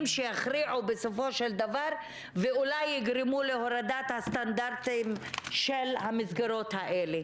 שיכריעו בסופו של דבר ואולי יגרמו להורדת הסטנדרטים של המסגרות האלה.